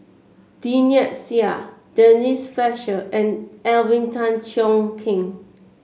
Lynnette Seah Denise Fletcher and Alvin Tan Cheong Kheng